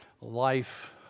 life